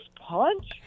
punch